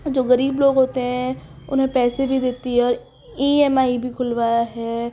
جو غریب لوگ ہوتے ہیں انہیں پیسے بھی دیتی ہے اور ای ایم آئی بھی کھلوایا ہے